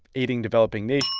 aiding developing nay.